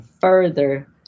further